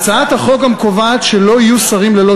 הצעת החוק גם קובעת שלא יהיו שרים ללא